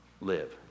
live